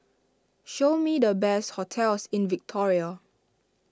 show me the best hotels in Victoria